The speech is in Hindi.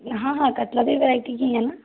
हाँ हाँ कतला भी वैरायटी की है न